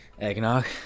Eggnog